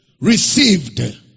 Received